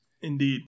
Indeed